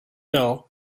well